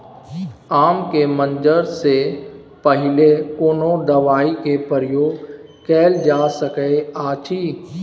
आम के मंजर से पहिले कोनो दवाई के प्रयोग कैल जा सकय अछि?